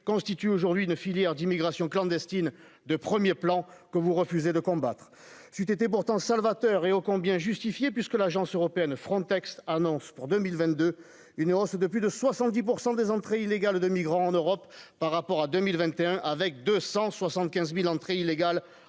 constituent aujourd'hui une filière d'immigration clandestine de 1er plan que vous refusez de combattre, c'eût été pourtant salvateur et ô combien justifiée puisque l'agence européenne Frontex annonce pour 2022, une hausse de plus de 70 % des entrées illégales de migrants en Europe par rapport à 2021 avec 275000 entrées illégales